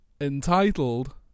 entitled